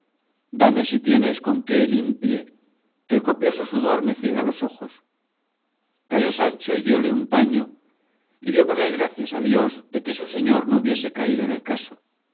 dame si tienes con que me limpie que el copioso sudor me ciega los ojos calló sancho y diole un paño y dio con él gracias a dios de que su señor no hubiese caído en el caso